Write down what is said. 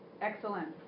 excellent